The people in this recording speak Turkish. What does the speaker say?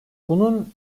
bunun